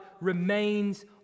remains